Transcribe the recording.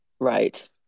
Right